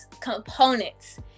components